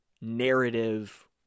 narrative